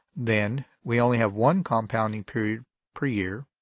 then we only have one compounding period per year.